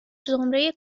زمره